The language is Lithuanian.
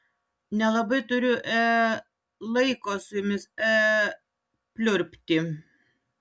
nelabai turiu e laiko su jumis e pliurpti